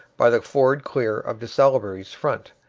by the ford clear of de salaberry's front,